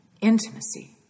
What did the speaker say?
Intimacy